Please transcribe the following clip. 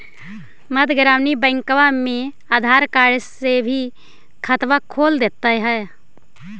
मध्य ग्रामीण बैंकवा मे आधार कार्ड से भी खतवा खोल दे है?